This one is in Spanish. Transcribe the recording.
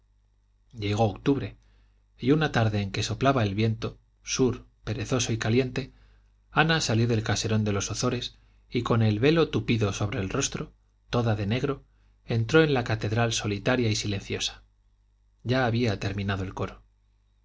llegó octubre y una tarde en que soplaba el viento sur perezoso y caliente ana salió del caserón de los ozores y con el velo tupido sobre el rostro toda de negro entró en la catedral solitaria y silenciosa ya había terminado el coro